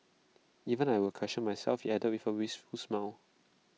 even I will question myself he added with wistful smile